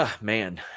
man